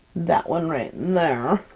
that one right there,